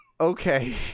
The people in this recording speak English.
Okay